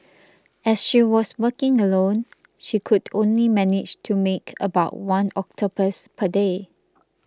as she was working alone she could only manage to make about one octopus per day